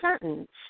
sentence